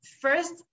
First